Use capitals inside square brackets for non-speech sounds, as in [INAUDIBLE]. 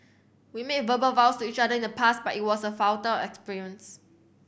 we made verbal vows to each other in the past but it was a futile [UNINTELLIGIBLE]